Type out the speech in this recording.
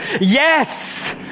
yes